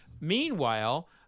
Meanwhile